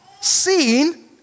seen